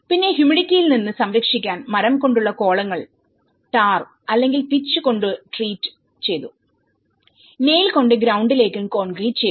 പിന്നെഹ്യൂമിഡിറ്റി യിൽ നിന്ന് സംരക്ഷിക്കാൻ മരം കൊണ്ടുള്ള കോളങ്ങൾ ടാർ അല്ലെങ്കിൽ പിച്ച് കൊണ്ട് ട്രീറ്റ് ചെയ്തുനെയിൽ കൊണ്ട് ഗ്രൌണ്ടിലേക്ക് കോൺക്രീറ്റ് ചെയ്തു